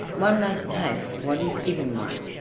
one must take what is given one.